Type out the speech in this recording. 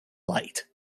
light